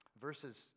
Verses